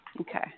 Okay